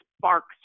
sparks